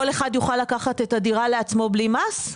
כל אחד יוכל לקחת את הדירה לעצמו בלי מס?